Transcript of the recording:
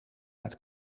met